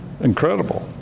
incredible